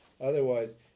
Otherwise